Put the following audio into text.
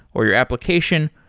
or your application,